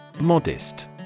Modest